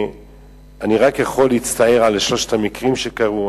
אני רק יכול להצטער על שלושת המקרים שקרו.